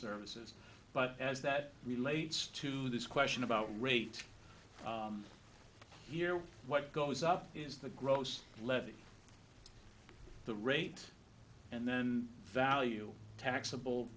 services but as that relates to this question about rate here what goes up is the gross left the rate and then value taxable